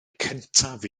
cyntaf